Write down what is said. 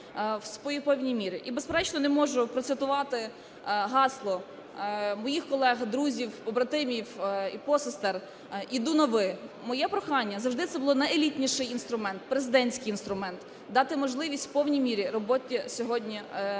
І безперечно не можу не процитувати гасло моїх колег, другів, побратимів і посестер: "Іду на Ви". Моє прохання, завжди це був найелітніший інструмент, президентський інструмент, дати можливість в повній мірі роботі сьогодні для ССО.